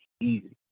easy